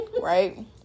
right